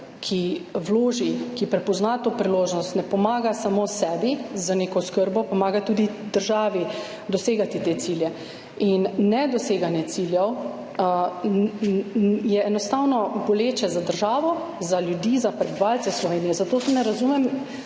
ki vloži, ki prepozna to priložnost, ne pomaga samo sebi z neko oskrbo, pomaga tudi državi dosegati te cilje in nedoseganje ciljev je enostavno boleče za državo, za ljudi, za prebivalce Slovenije, zato ne razumem,